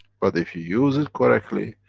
but if you use it correctly,